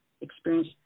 Experience